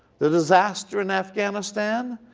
the disaster in afghanistan